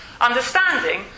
Understanding